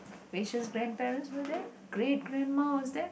wei-sheng's grandparents were there great grandma was there